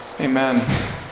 Amen